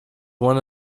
one